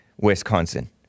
Wisconsin